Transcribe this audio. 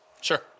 Sure